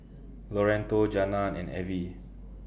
Loretto Jana and Avie